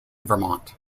vermont